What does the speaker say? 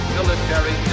Military